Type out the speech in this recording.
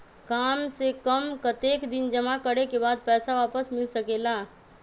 काम से कम कतेक दिन जमा करें के बाद पैसा वापस मिल सकेला?